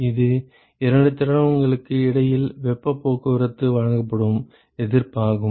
இது இரண்டு திரவங்களுக்கு இடையில் வெப்பப் போக்குவரத்துக்கு வழங்கப்படும் எதிர்ப்பாகும்